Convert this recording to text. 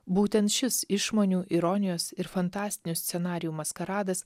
būtent šis išmonių ironijos ir fantastinių scenarijų maskaradas